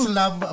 love